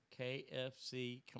KFC